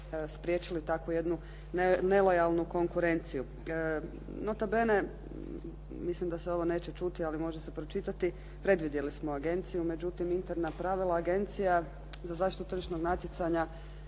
spriječili takvu jednu nelojalnu konkurenciju. Nota bene, mislim da se ovo neće čuti, ali može se pročitati, predvidjeli smo agenciju. Međutim, interna pravila Agencija za zaštitu tržišnog natjecanja